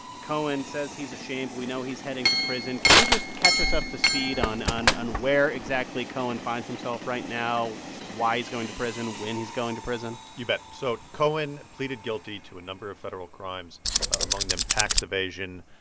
cohen says he's ashamed. we know he's heading to prison. can you just catch us up to speed on on where exactly cohen finds himself right now, why he's going to prison, when he's going to prison? you bet. so cohen pleaded guilty to a number of federal crimes among them, tax evasion,